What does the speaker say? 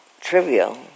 trivial